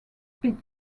spit